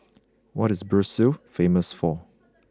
what is Brussels famous for